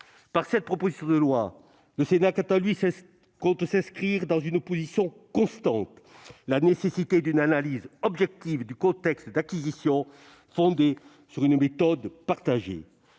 Par cette proposition de loi, le Sénat quant à lui compte s'inscrire dans une position constante : la nécessité d'une analyse objective du contexte d'acquisition, fondée sur une méthode partagée.